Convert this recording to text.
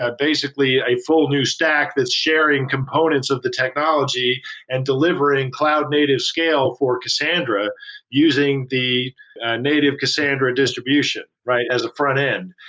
ah basically a full new stack that's sharing components of the technology and delivering cloud native scale for cassandra using the native cassandra distribution as a frontend,